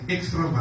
extra